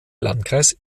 landkreis